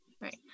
right